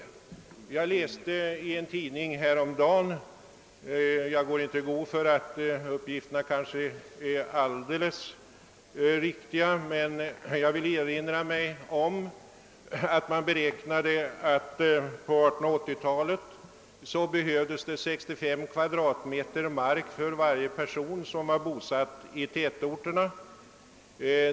Jag läste i en tidning häromdagen — jag går inte i god för att uppgifterna är helt riktiga — att man beräknar att det på 1880-talet behövdes 65 kvadratmeter mark för varje person, som var bosatt i tätort.